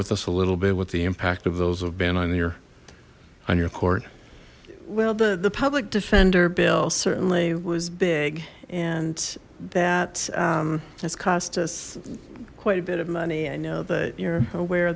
with us a little bit with the impact of those who've been on your on your court well the the public defender bill certainly was big that has cost us quite a bit of money i know that you're aware